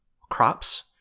crops